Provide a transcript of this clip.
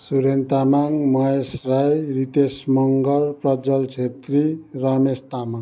Suren Tamang Mahesh Rai Ritesh Mangal Prajjwal Chhetri Ramesh Tamang